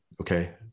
okay